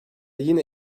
yine